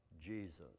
Jesus